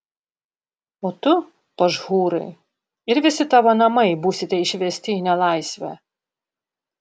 o tu pašhūrai ir visi tavo namai būsite išvesti į nelaisvę